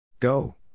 Go